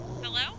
Hello